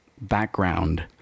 background